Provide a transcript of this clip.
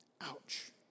Ouch